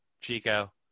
Chico